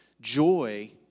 joy